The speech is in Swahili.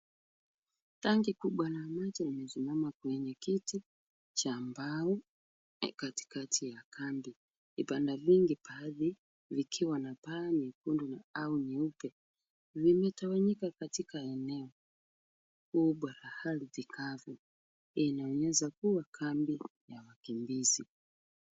Tanki kubwa la maji limesimama kwenye kiti cha mbao katikati ya kambi. Vibanda vingi baadhi vikiwa na paa nyekundu au nyeupe. Vimetawanyika katika eneo kubwa la ardhi kavu. Linaweza kuwa kambi ya wakimbizi.